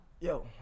Yo